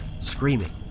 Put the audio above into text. screaming